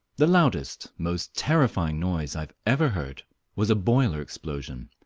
the loudest, most terrifying noise i ever heard was a boiler explosion.